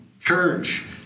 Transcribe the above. church